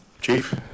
Chief